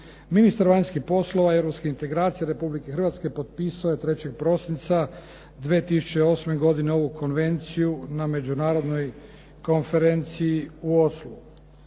Ministar vanjskih poslova i europskih integracija Republike Hrvatske potpisao je 3. prosinca 2008. godine ovu konvenciju na međunarodnoj konferenciji u Oslu.